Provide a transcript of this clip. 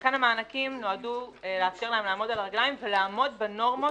ולכן המענקים נועדו לאפשר להם לעמוד על הרגליים ולעמוד בנורמות.